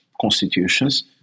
constitutions